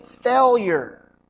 failure